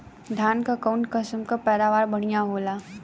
धान क कऊन कसमक पैदावार बढ़िया होले?